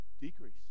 Decrease